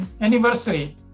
anniversary